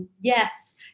yes